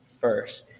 first